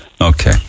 Okay